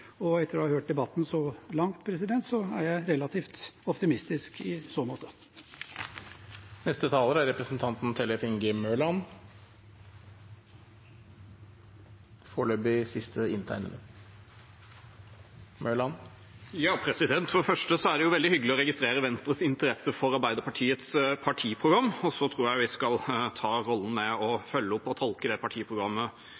og etter å ha hørt debatten så langt er jeg relativt optimistisk i så måte. For det første er det veldig hyggelig å registrere Venstres interesse for Arbeiderpartiets partiprogram. Så tror jeg vi selv, i eget parti, primært skal ta rollen med